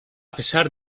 pesar